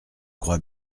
crois